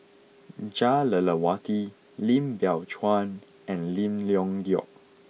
Jah Lelawati Lim Biow Chuan and Lim Leong Geok